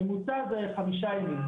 הממוצע זה חמישה ימים.